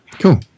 Cool